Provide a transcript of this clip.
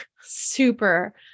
super